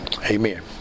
Amen